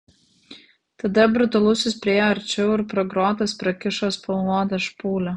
tada brutalusis priėjo arčiau ir pro grotas prakišo spalvotą špūlę